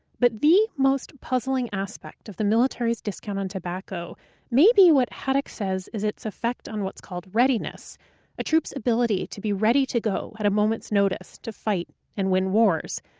but the most puzzling aspect of the military's discount on tobacco may be what haddock says is its effect on what's called readiness a troop's ability to be ready to go at a moment's notice to fight and win wars.